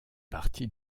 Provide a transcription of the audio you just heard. partie